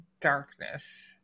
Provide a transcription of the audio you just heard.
darkness